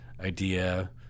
idea